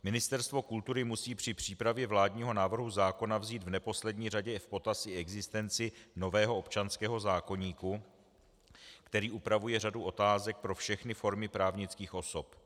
Ministerstvo kultury musí při přípravě vládního návrhu zákona vzít v neposlední řadě v potaz i existenci nového občanského zákoníku, který upravuje řadu otázek pro všechny formy právnických osob.